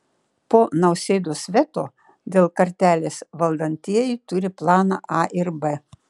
po nausėdos veto dėl kartelės valdantieji turi planą a ir b